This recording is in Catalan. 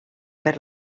per